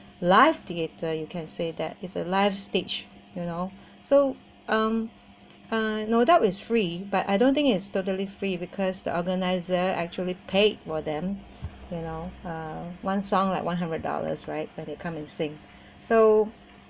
live theatre you can say that is a live stage you know so um uh no doubt is free but I don't think is totally free because the organiser actually paid for them you know uh one song like one hundred dollars right when they come and sing so